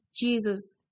Jesus